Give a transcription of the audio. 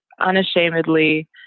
unashamedly